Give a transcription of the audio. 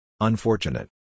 Unfortunate